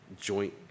joint